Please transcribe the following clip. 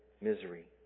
misery